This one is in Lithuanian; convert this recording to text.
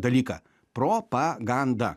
dalyką propagandą